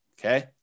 okay